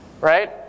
Right